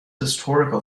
historical